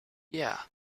yeah